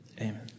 amen